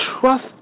trust